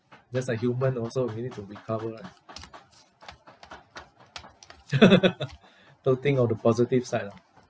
just like human also we need to recover right so think of the positive side lah